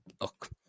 look